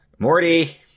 Morty